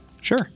Sure